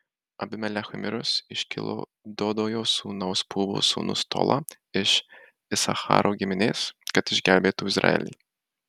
abimelechui mirus iškilo dodojo sūnaus pūvos sūnus tola iš isacharo giminės kad išgelbėtų izraelį